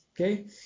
okay